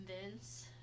Vince